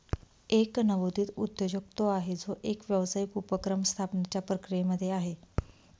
एक नवोदित उद्योजक तो आहे, जो एक व्यावसायिक उपक्रम स्थापण्याच्या प्रक्रियेमध्ये आहे